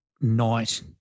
night